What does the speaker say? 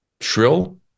Shrill